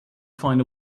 find